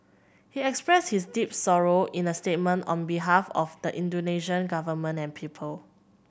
he expressed his deep sorrow in a statement on behalf of the Indonesian Government and people